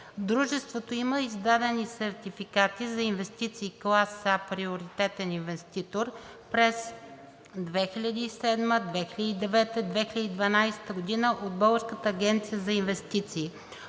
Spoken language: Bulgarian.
Дружеството има издадени сертификати за инвестиции клас А – приоритетен инвеститор, през 2007-а, 2009-а, 2012 г. от Българската агенция за инвестиции.